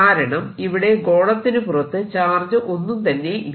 കാരണം ഇവിടെ ഗോളത്തിനു പുറത്തു ചാർജ് ഒന്നും തന്നെയില്ല